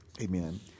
Amen